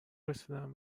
رسیدن